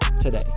today